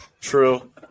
True